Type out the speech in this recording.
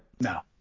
No